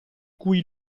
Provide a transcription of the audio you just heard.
cui